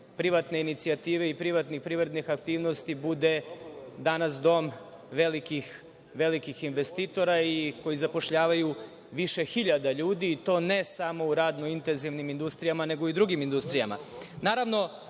privatne inicijative i privatnih privrednih aktivnosti bude danas dom velikih investitora i koji zapošljavaju više hiljada ljudi i to ne samo u radno intenzivnim industrijama, nego i u drugim industrijama. Naravno,